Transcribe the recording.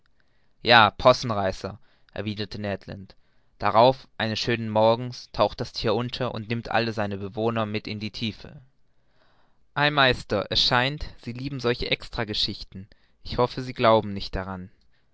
ja possenreißer erwiderte ned land darauf eines schönen morgens taucht das thier unter und nimmt alle seine bewohner mit in die tiefe ei meister land es scheint sie lieben solche extra geschichtchen ich hoffe sie glauben nicht daran